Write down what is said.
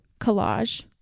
collage